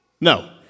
No